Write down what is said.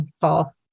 Paul